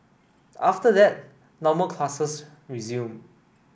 after that normal classes resumed